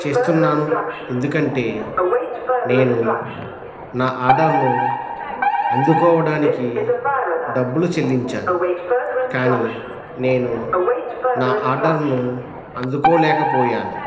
చేస్తున్నాను ఎందుకంటే నేను నా ఆర్డర్ను అందుకోవడానికి డబ్బులు చెల్లించాను కానీ నేను నా ఆర్డర్ను అందుకోలేకపోయాను